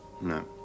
no